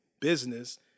business